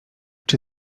czy